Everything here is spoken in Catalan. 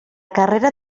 carrera